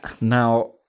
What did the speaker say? now